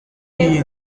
iyi